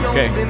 Okay